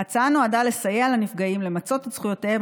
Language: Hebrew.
ההצעה נועדה לסייע לנפגעים למצות את זכויותיהם